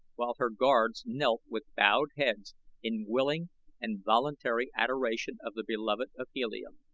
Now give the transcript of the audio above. while her guards knelt with bowed heads in willing and voluntary adoration of the beloved of helium.